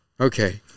Okay